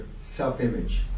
self-image